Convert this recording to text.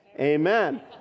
amen